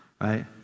Right